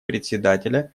председателя